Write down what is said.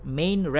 main